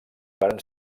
varen